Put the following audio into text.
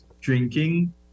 drinking